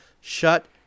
Shut